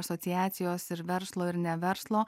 asociacijos ir verslo ir ne verslo